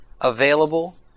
available